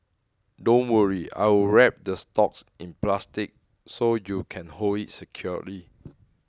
don't worry I will wrap the stalks in plastic so you can hold it securely